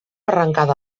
arrencada